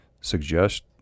suggest